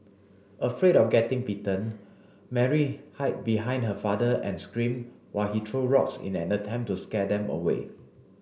afraid of getting bitten Mary hid behind her father and screamed while he threw rocks in an attempt to scare them away